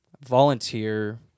volunteer